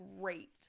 great